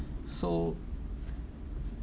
so